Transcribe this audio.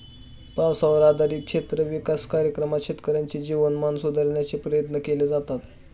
पावसावर आधारित क्षेत्र विकास कार्यक्रमात शेतकऱ्यांचे जीवनमान सुधारण्याचे प्रयत्न केले जातात